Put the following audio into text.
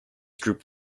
group